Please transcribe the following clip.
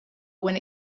when